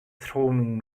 throwing